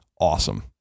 awesome